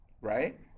right